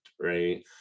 Right